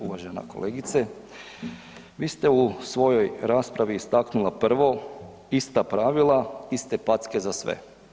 Uvažena kolegice vi ste u svojoj raspravi istaknula, prvo, ista pravila iste packe za sve.